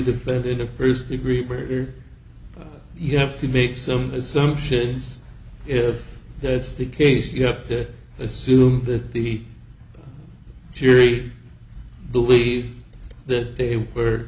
defendant of first degree murder you have to make some assumptions if that's the case you have to assume that the jury believe that they